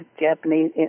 Japanese